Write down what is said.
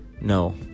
No